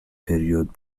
پریود